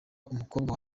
umukobwa